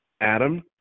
Adam